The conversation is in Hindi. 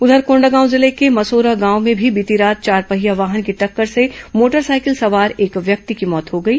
उधर कोंडागांव जिले के मसोरा गांव में भी बीती रात चारपहिया वाहन की टक्कर से मोटरसाइकिल सवार एक व्यक्ति की मौत हो गई